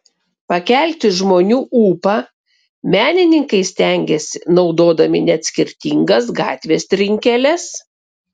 pakelti žmonių ūpą menininkai stengiasi naudodami net skirtingas gatvės trinkeles